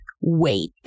wait